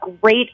great